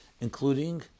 Including